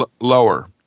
lower